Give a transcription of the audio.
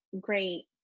great